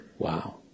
Wow